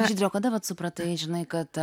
žydre o kada supratai žinai kad